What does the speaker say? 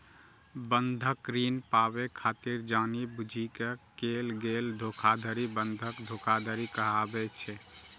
बंधक ऋण पाबै खातिर जानि बूझि कें कैल गेल धोखाधड़ी बंधक धोखाधड़ी कहाबै छै